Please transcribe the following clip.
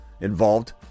involved